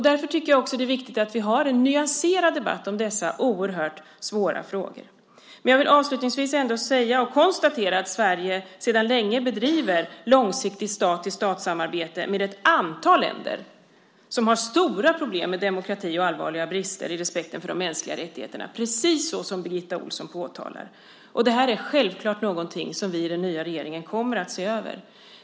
Därför är det också viktigt att vi har en nyanserad debatt om dessa oerhört svåra frågor. Jag vill avslutningsvis konstatera att Sverige sedan länge bedriver långsiktigt stat-till-stat-samarbete med ett antal länder som har stora problem med demokrati och har allvarliga brister i respekten för de mänskliga rättigheterna, precis som Birgitta Ohlsson påtalar. Det är självklart någonting som vi i den nya regeringen kommer att se över.